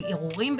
ערעורים,